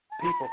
People